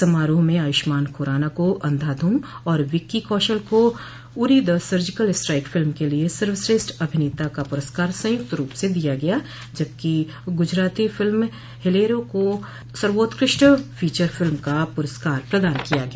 समारोह में आयुष्मान खुराना को अंधाधुन और विक्की कौशल को Uri the surgical strike film के लिए सर्वश्रेष्ठ अभिनेता का पुरस्कार संयुक्त रूप से दिया गया जबकि गुजराती फ़िल्म हेलरो को सर्वोत्कृष्ट फ़ीचर फ़िल्म का पुरस्कार प्रदान किया गया